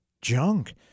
junk